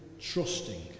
trusting